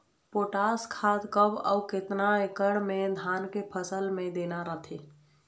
Potash खाद कब अऊ केतना एकड़ मे धान के फसल मे देना रथे?